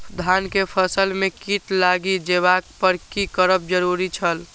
धान के फसल में कीट लागि जेबाक पर की करब जरुरी छल?